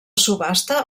subhasta